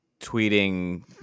tweeting